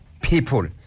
people